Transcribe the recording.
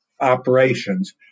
operations